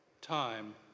Time